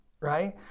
right